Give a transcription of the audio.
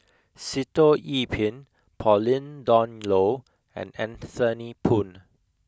Sitoh Yih Pin Pauline Dawn Loh and Anthony Poon